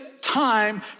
time